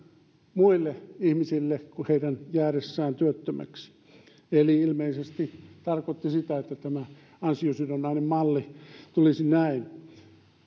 muille ihmisille heidän jäädessään työttömiksi eli ilmeisesti tarkoitti sitä että tämä ansiosidonnainen malli tulisi näin